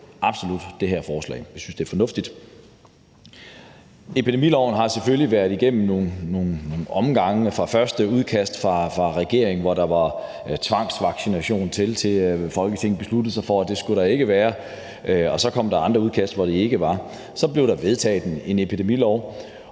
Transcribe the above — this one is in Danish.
absolut det her forslag. Vi synes, det er fornuftigt. Epidemiloven har selvfølgelig været igennem nogle omgange, fra det første udkast fra regeringen, hvor der var tvangsvaccination, og til, at Folketinget besluttede sig for, at det skulle der ikke være. Og så kom der andre udkast, hvor det ikke var med. Så blev der vedtaget en epidemilov,